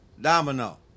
Domino